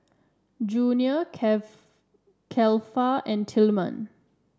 Junior Cle Cleva and Tilman